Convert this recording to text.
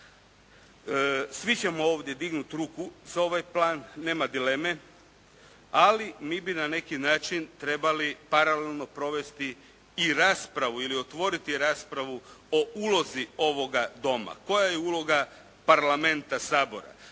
Svi ćemo ovdje dignuti ruku za ovaj plan, nema dileme, ali mi bi na neki način trebali paralelno provesti i raspravu ili otvoriti raspravu o ulozi ovoga Doma. Koja je uloga Parlamenta, Sabora?